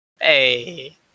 Hey